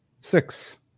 six